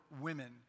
women